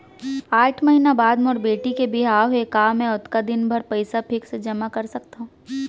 आठ महीना बाद मोर बेटी के बिहाव हे का मैं ओतका दिन भर पइसा फिक्स जेमा कर सकथव?